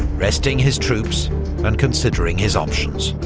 resting his troops and considering his options.